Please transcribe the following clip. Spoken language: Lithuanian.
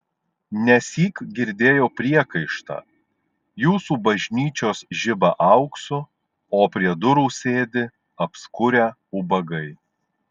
nesyk girdėjau priekaištą jūsų bažnyčios žiba auksu o prie durų sėdi apskurę ubagai